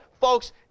folks